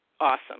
awesome